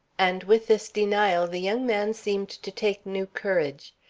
and with this denial the young man seemed to take new courage.